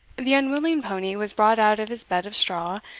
the unwilling pony was brought out of his bed of straw,